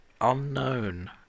Unknown